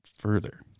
further